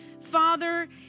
Father